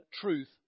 truth